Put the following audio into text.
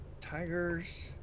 Tigers